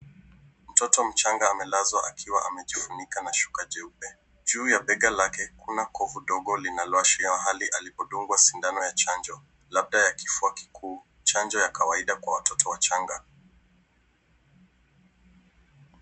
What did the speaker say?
Mtoto mdogo amelazwa akiwa amejifunika na shuka jeupe. Juu ya bega lake kuna kovu dogo linaloashiria mahali alipodungwa sindano ya chanjo, labda ya kifua kikuu, chanjo ya kawaida kwa watoto wachanga.